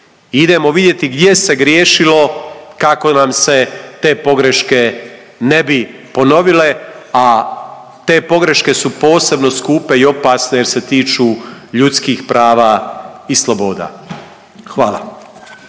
idemo vidjeti gdje se griješilo kako nam se te pogreške ne bi ponovile, a te pogreške su posebno skupe i opasne jer se tiču ljudskih prava i sloboda. Hvala.